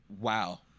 wow